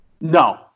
no